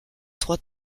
trois